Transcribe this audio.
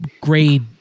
grade